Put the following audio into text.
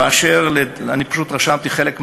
פשוט רשמתי חלק מההערות,